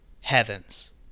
heavens